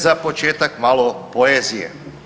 Za početak malo poezije.